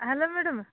hello madam